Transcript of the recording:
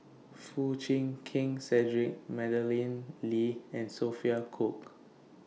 Foo Chee King Cedric Madeleine Lee and Sophia Cooke